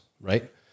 right